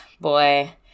Boy